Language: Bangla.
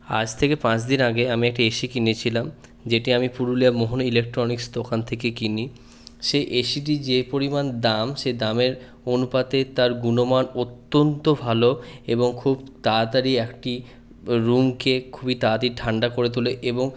আজ থেকে পাঁচদিন আগে আমি একটি এসি কিনেছিলাম যেটি আমি পুরুলিয়া মোহন ইলেকট্রনিক্স দোকান থেকে কিনি সেই এসিটি যে পরিমাণ দাম সেই দামের অনুপাতে তার গুণমান অত্যন্ত ভালো এবং খুব তাড়াতাড়ি একটি রুমকে খুবই তাড়াতাড়ি ঠান্ডা করে তোলে এবং